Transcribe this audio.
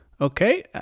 Okay